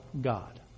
God